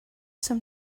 some